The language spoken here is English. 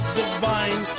divine